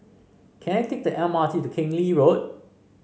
can I take the M R T to Keng Lee Road